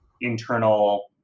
internal